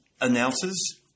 announces